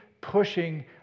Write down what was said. pushing